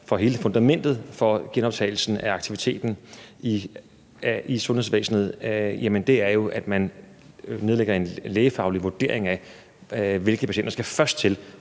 For hele fundamentet for genoptagelsen af aktiviteten i sundhedsvæsenet er jo, at man lægger en lægefaglig vurdering af, hvilke patienter der skal først til.